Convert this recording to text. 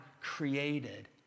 created